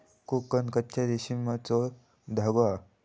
कोकन कच्च्या रेशमाचो धागो हा